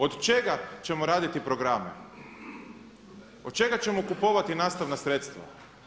Od čega ćemo raditi programe, od čega ćemo kupovati nastavna sredstva?